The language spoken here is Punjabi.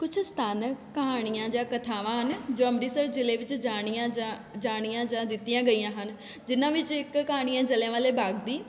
ਕੁਝ ਸਥਾਨਕ ਕਹਾਣੀਆਂ ਜਾਂ ਕਥਾਵਾਂ ਹਨ ਜੋ ਅੰਮ੍ਰਿਤਸਰ ਜ਼ਿਲ੍ਹੇ ਵਿੱਚ ਜਾਣੀਆਂ ਜਾਂ ਜਾਣੀਆਂ ਜਾਂ ਦਿੱਤੀਆਂ ਗਈਆਂ ਹਨ ਜਿਨ੍ਹਾਂ ਵਿੱਚ ਇੱਕ ਕਹਾਣੀ ਆ ਜਲਿਆਂ ਵਾਲੇ ਬਾਗ ਦੀ